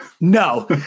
No